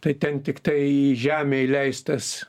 tai ten tiktai į žemę įleistas